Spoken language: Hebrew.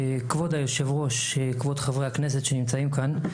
כבוד היו"ר, כבוד חברי הכנסת שנמצאים כאן.